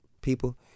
people